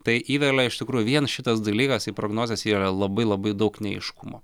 tai įvelia iš tikrųjų vien šitas dalykas į prognozes įvelia labai labai daug neaiškumo